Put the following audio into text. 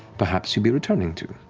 perhaps you'll be returning to,